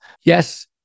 Yes